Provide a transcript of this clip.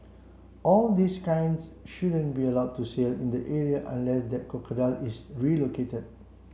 all these kinds shouldn't be allowed to sail in the area unless that crocodile is relocated